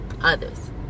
others